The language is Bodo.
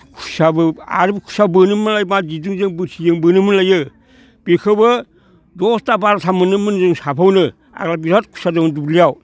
खुसियाबो आरो खुसियाबो बोनोमोन बोलाय मा दिरुंजों बोरसिजों बोनोमोन लायो बेखौबो दसथा बार'था मोनोमोन जों साफायावनो आग्ला बिराद खुसिया दंमोन दुब्लियाव